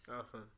awesome